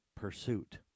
pursuit